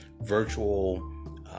virtual